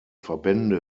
verbände